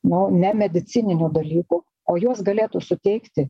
nu nemedicininių dalykų o juos galėtų suteikti